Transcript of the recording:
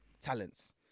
talents